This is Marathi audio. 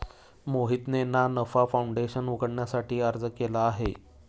मोहितने ना नफा फाऊंडेशन उघडण्यासाठी अर्ज केला आहे